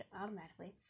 automatically